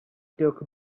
took